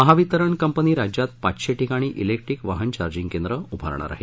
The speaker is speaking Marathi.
महावितरण कंपनी राज्यात पाचशे ठिकाणी क्रिक्ट्रिक वाहन चार्जिंग केंद्रं उभारणार आहे